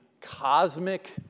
cosmic